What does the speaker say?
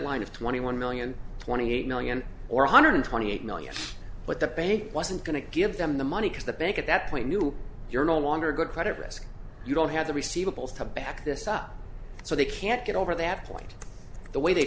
line of twenty one million twenty eight million or hundred twenty eight million but the bank wasn't going to give them the money because the bank at that point knew you're no longer a good credit risk you don't have the receiver balls to back this up so they can't get over that point the way they